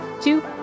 two